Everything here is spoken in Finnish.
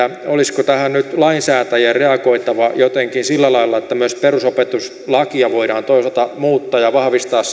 olisiko tähän nyt lainsäätäjän reagoitava jotenkin sillä lailla että myös perusopetuslakia voidaan toisaalta muuttaa ja vahvistaa